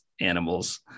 animals